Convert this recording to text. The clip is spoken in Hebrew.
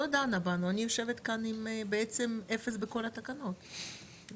אז בוא נשמע את מארק, כן.